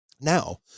now